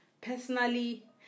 personally